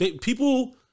People